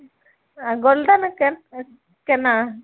आओर गोल्डनके केना